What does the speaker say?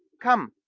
come,